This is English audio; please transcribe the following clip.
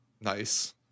Nice